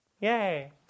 Yay